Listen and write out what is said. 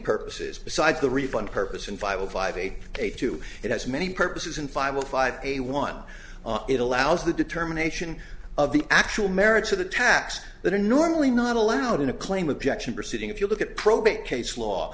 purposes besides the refund purpose and file five eight eight two it has many purposes and five o five a one it allows the determination of the actual merits of the taps that are normally not allowed in a claim objection proceeding if you look at probate case law